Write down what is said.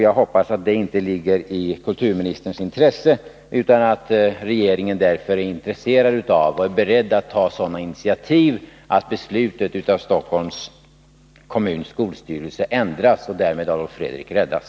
Jag hoppas att det inte ligger i kulturministerns intresse, utan att regeringen är intresserad av och är beredd att ta sådana initiativ att beslutet av Stockholms kommuns skolstyrelse ändras och att Adolf Fredriks musikskola därmed räddas.